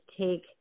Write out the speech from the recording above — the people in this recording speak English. take